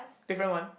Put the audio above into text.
different one